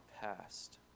past